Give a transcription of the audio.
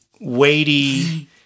weighty